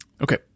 Okay